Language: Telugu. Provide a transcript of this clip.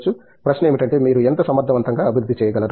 ప్రశ్న ఏమిటంటే మీరు ఎంత సమర్థవంతంగా అభివృద్ధి చేయగలరు